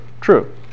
true